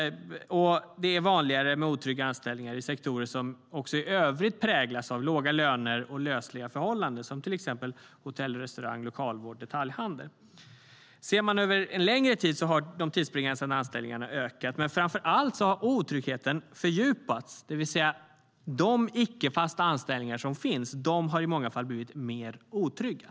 Och det är vanligare med otrygga anställningar i sektorer som också i övrigt präglas av låga löner och lösliga förhållanden som till exempel hotell och restaurang, lokalvård och detaljhandel. Sett över längre tid har de tidsbegränsade anställningarna ökat. Men framför allt har otryggheten fördjupats, det vill säga att de icke fasta anställningar som finns i många fall har blivit mer otrygga.